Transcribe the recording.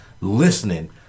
listening